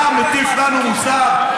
אתה מטיף לנו מוסר.